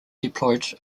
deployed